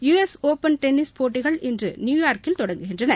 U S open tennis போட்டிகள் இன்று நியூ யார்க்கில் தொடங்குகின்றன